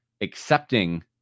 Accepting